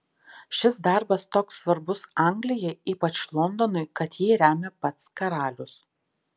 šis darbas toks svarbus anglijai ypač londonui kad jį remia pats karalius